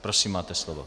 Prosím, máte slovo.